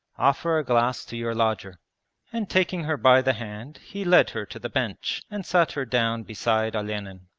offer a glass to your lodger and taking her by the hand he led her to the bench and sat her down beside olenin.